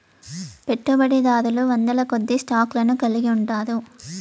పెట్టుబడిదారులు వందలకొద్దీ స్టాక్ లను కలిగి ఉంటారు